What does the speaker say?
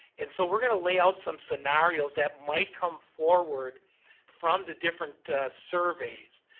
and, so, we're gonna lay out some scenarios that might come forward from the different surveys.